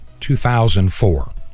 2004